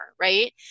right